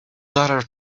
daughter